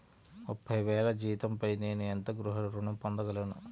ముప్పై వేల జీతంపై నేను ఎంత గృహ ఋణం పొందగలను?